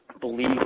believe